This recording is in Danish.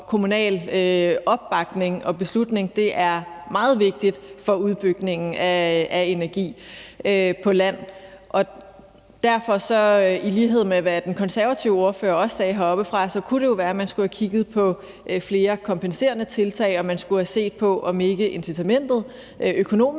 kommunale opbakning og beslutningstagen er meget vigtig for udbygningen af energi på land. Derfor, i lighed med hvad den konservative ordfører også sagde heroppefra, kunne det jo være, man skulle have kigget på flere kompenserende tiltag, og at man skulle have set på, om ikke det økonomiske